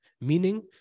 Meaning